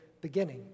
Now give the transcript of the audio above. beginning